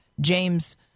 James